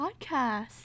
podcast